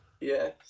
Yes